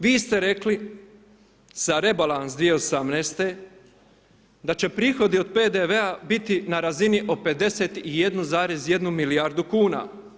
Vi ste rekli, sa rebalans 2018. da će prihodi od PDV-a biti na razini od 51,1 milijardu kn.